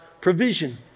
provision